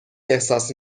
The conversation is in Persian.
احساس